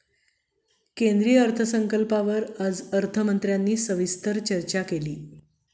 केंद्रीय अर्थसंकल्पावर आज अर्थमंत्र्यांनी सविस्तर चर्चा केली